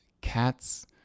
Cats